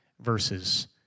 verses